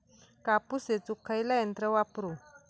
कापूस येचुक खयला यंत्र वापरू?